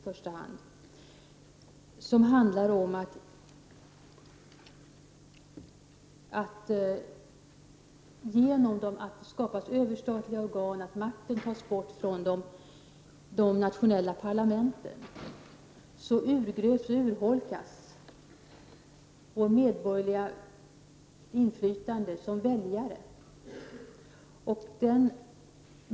Genom att det skapas överstatliga organ, genom att makten tas bort från de nationella parlamenten, urholkas vårt medborgerliga inflytande som väljare.